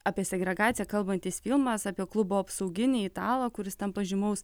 apie segregaciją kalbantis filmas apie klubo apsauginiai italą kuris tampa žymaus